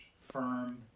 firm